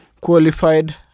qualified